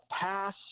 pass